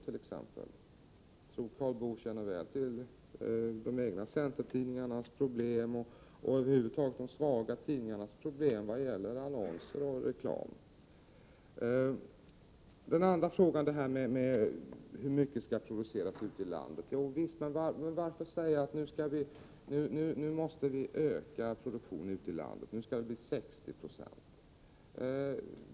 Jag tror att Karl Boo känner väl till de egna centertidningarnas problem och de svaga tidningarnas problem över huvud taget vad beträffar annonser och reklam. Den andra frågan gäller hur mycket som skall produceras ute i landet. Varför säga att produktionen nu måste ökas ute i landet, att den skall utgöra 60 90?